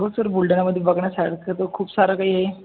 हो सर बुलढाण्यामध्ये बघण्यासारखं तर खूप सारं काही आहे